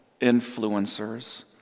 influencers